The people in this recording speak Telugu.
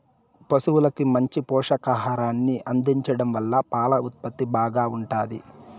పసువులకు మంచి పోషకాహారాన్ని అందించడం వల్ల పాల ఉత్పత్తి బాగా ఉంటాది